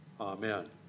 Amen